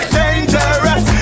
dangerous